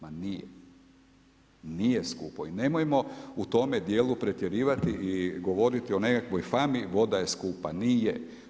Ma nije, nije skupo i nemojmo u tome dijelu pretjerivati i govoriti o nekakvoj fami, voda je skupa, nije.